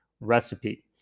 recipe